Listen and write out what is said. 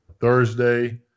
Thursday